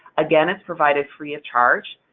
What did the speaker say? again, it's provided free of charge.